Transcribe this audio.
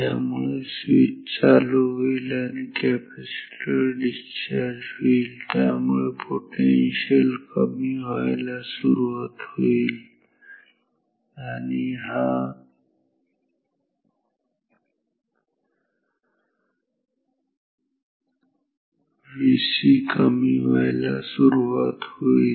त्यामुळे हा स्वीच सुरू होईल आणि कॅपॅसिटर डिस्चार्ज होईल आणि त्यामुळे पोटेन्शिअल कमी व्हायला सुरुवात होईल आणि हा Vc कमी व्हायला सुरुवात होईल